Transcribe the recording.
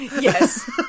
yes